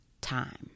time